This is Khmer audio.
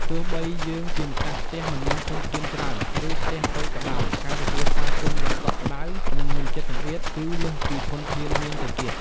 ទោះបីយើងជាម្ចាស់ផ្ទះមិនមានធនធានច្រើន ឬផ្ទះតូចក៏ដោយ ការទទួលស្វាគមន៍យ៉ាងកក់ក្ដៅ និងមិនចិត្តចង្អៀត គឺលើសពីធនធានមានទៅទៀត។